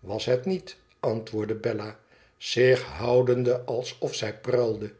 was het niet antwoordde bella zich houdende alsof zij pruilde